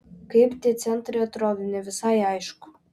kaip tie centrai atrodo ne visai aišku